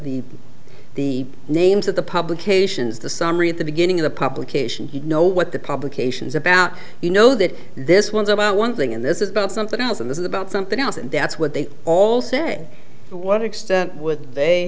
the the names of the publications the summary at the beginning of the publication you know what the publications about you know that this one's about one thing and this is about something else and this is about something else and that's what they all said what extent would they